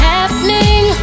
Happening